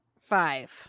Five